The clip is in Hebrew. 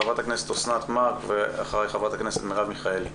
חברת הכנסת אסנת מארק ואחריה חברת הכנסת מרב מיכאלי.